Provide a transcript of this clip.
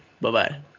bye-bye